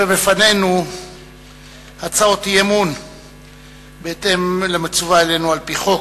בפנינו הצעות אי-אמון בהתאם למצווה עלינו על-פי חוק.